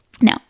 Now